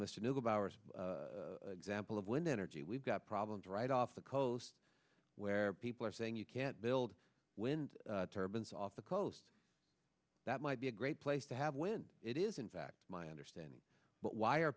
neugebauer example of wind energy we've got problems right off the coast where people are saying you can't build wind turbines off the coast that might be a great place to have when it is in fact my understanding but why are